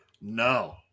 No